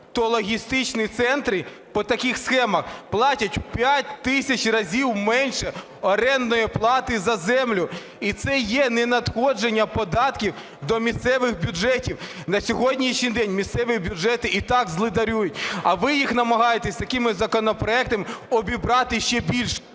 то логістичні центри по таких схемах платять в 5 тисяч разів менше орендної плати за землю. І це є ненадходження податків до місцевих бюджетів. На сьогоднішній день місцеві бюджети і так злидарюють, а ви їх намагаєтеся такими законопроектами обібрати ще більше.